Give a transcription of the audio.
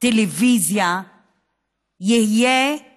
טלוויזיה על